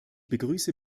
begrüße